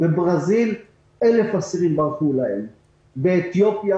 1,000 אסירים ברחו בברזיל,